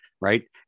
right